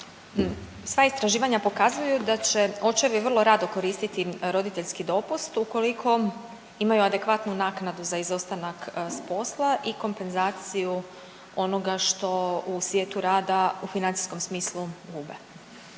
sva istraživanja pokazuju da će očevi vrlo rado koristiti roditeljski dopust ukoliko imaju adekvatnu naknadu za izostanak s posla i kompenzaciju onoga što u svijetu rada u financijskom smislu gube.